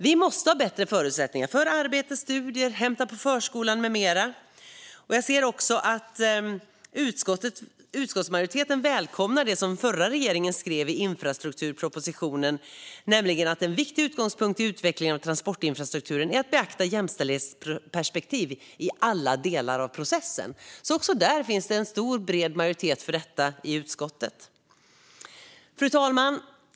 Vi måste ha bättre förutsättningar för arbete, studier, hämtning på förskola med mera. Och jag ser också att utskottsmajoriteten välkomnar det som den förra regeringen skrev i infrastrukturpropositionen, nämligen att en viktig utgångspunkt i utvecklingen av transportinfrastrukturen är att beakta jämställdhetsperspektiv i alla delar av processen. Så det finns alltså en stor och bred majoritet för detta också i utskottet. Fru talman!